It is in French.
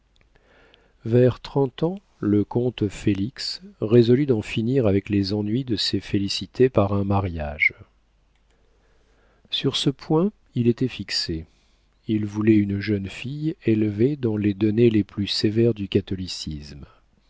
vers trente ans le comte félix résolut d'en finir avec les ennuis de ses félicités par un mariage sur ce point il était fixé il voulait une jeune fille élevée dans les données les plus sévères du catholicisme